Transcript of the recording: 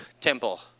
temple